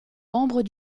membre